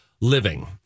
living